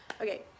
Okay